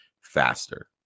faster